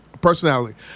personality